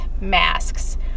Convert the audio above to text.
masks